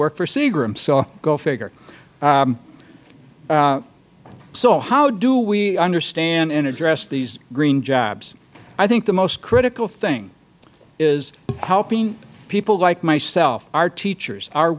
work for seagrams so go figure so how do we understand and address these green jobs i think the most critical thing is helping people like myself our teachers our